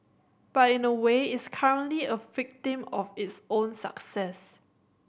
but in a way it's currently a victim of its own success